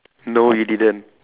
no you didn't